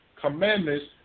commandments